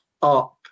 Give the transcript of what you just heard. up